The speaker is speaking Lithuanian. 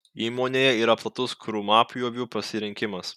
įmonėje yra platus krūmapjovių pasirinkimas